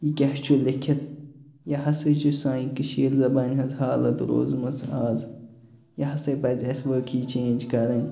یہِ کیٛاہ چھُ لیٚکھِتھ یہِ ہسا چھِ سانہِ کٔشیٖر زبانہِ ہٕنٛز حالَت روٗزمٕژ اَز یہِ ہسا پَزِ اَسہِ وٲقعی چینج کَرٕنۍ